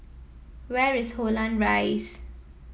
where is Holland Rise